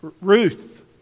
Ruth